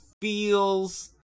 feels